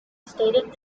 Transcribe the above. stated